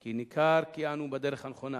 כי ניכר שאנו בדרך הנכונה.